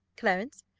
clarence,